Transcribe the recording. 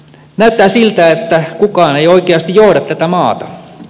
näyttää siltä että kukaan ei oikeasti johda tätä maata